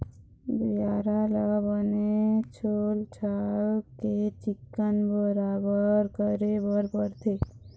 बियारा ल बने छोल छाल के चिक्कन बराबर करे बर परथे